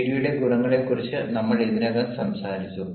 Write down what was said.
ജിഡിയുടെ ഗുണങ്ങളെക്കുറിച്ച് നമ്മൾ ഇതിനകം സംസാരിച്ചു